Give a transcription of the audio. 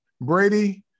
Brady